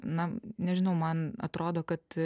na nežinau man atrodo kad